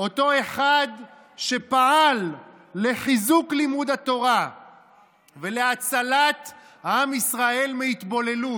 אותו אחד שפעל לחיזוק לימוד התורה ולהצלת עם ישראל מהתבוללות.